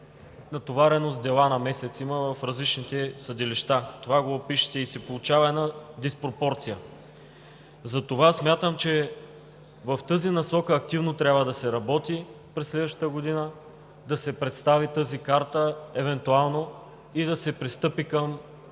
натовареност и дела на месец за различните съдилища – това го пишете, и се получава една диспропорция. Затова смятам, че в тази насока трябва активно да се работи през следващата година, да се представи евентуално тази карта и да се пристъпи към